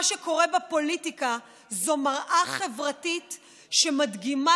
מה שקורה בפוליטיקה זה מראה חברתית שמדגימה,